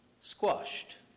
squashed